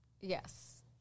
Yes